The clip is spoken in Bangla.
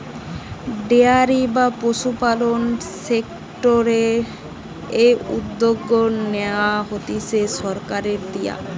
ডেয়ারি বা পশুপালন সেক্টরের এই উদ্যগ নেয়া হতিছে সরকারের দিয়া